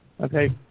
okay